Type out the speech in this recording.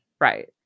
right